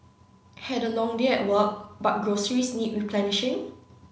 had a long day at work but groceries need replenishing